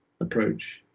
approach